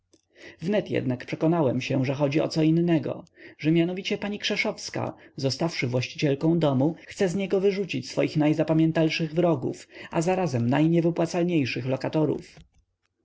wnet jednak przekonałem się że chodzi o co innego że mianowicie pani krzeszowska zostawszy właścicielką domu chce z niego wyrzucić swoich najzapamiętalszych wrogów a zarazem najniewypłacalniejszych lokatorów sprawa między baronową a